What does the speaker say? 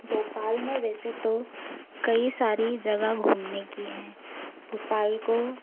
भोपाल में वैसे तो कई सारी जगह घूमने की हैं भोपाल को